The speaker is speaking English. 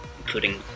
including